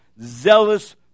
zealous